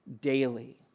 Daily